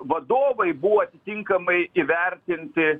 vadovai buvo atitinkamai įvertinti